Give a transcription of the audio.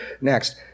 Next